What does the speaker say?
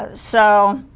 ah so